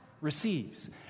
receives